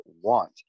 want